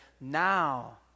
now